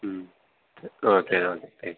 ம் ஓகே